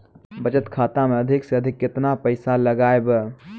बचत खाता मे अधिक से अधिक केतना पैसा लगाय ब?